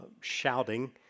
shouting